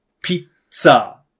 pizza